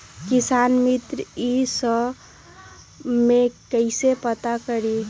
किसान मित्र ई सब मे कईसे पता करी?